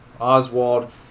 Oswald